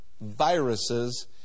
viruses